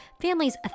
families